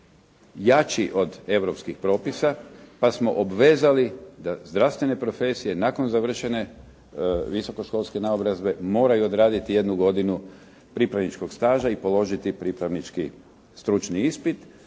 jači od europskih propisa, pa smo obvezali zdravstvene profesije nakon završene visokoškolske naobrazbe, moraju obraditi jednu godinu pripravničkog staža i priložiti pripravnički stručni ispit